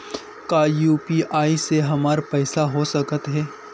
का यू.पी.आई से हमर पईसा हो सकत हे?